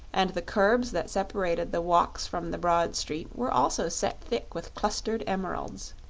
and the curbs that separated the walks from the broad street were also set thick with clustered emeralds.